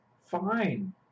fine